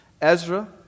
Ezra